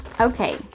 Okay